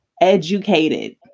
educated